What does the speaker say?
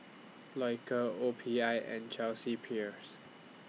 Loacker O P I and Chelsea Peers